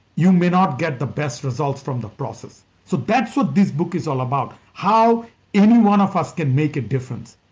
you may not get the best results from the process so that's what this book is all about, how anyone of us can make a difference,